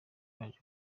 baje